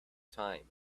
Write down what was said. time